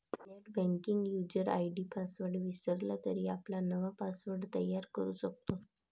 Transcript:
नेटबँकिंगचा user ID password विसरला तरी आपण नवा पासवर्ड तयार करू शकतो